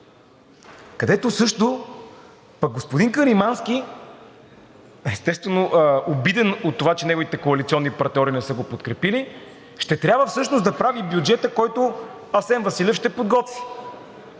където също господин Каримански, естествено, обиден от това, че неговите коалиционни партньори не са го подкрепили, ще трябва всъщност да прави бюджета, който Асен Василев ще подготви.